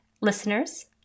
listeners